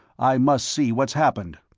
i must see what's happened.